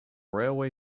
railway